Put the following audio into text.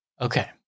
Okay